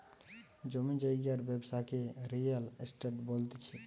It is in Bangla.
জমি জায়গার ব্যবসাকে রিয়েল এস্টেট বলতিছে